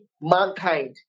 mankind